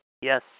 Yes